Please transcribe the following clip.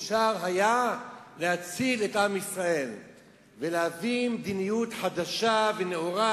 אפשר היה להציל את עם ישראל ולהביא מדיניות חדשה ונאורה